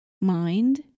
mind